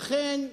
לא.